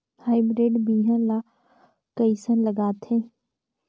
Hybrid बिहान ला कइसन लगाथे?